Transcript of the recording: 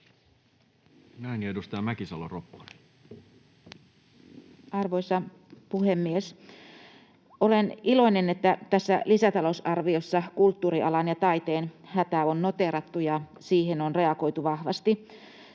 — Ja edustaja Mäkisalo-Ropponen. Arvoisa puhemies! Olen iloinen, että tässä lisätalousarviossa kulttuurialan ja taiteen hätä on noteerattu ja siihen on reagoitu vahvasti.